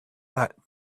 that